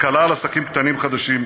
הקלה על עסקים קטנים חדשים,